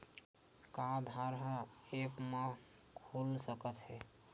का आधार ह ऐप म खुल सकत हे?